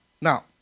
Now